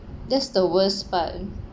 that's the worst part